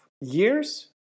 years